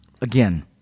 again